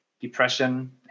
depression